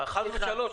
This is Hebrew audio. חס ושלום,